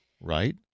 right